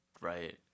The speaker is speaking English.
right